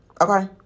okay